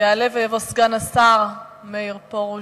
יעלה ויבוא סגן השר מאיר פרוש,